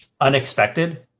unexpected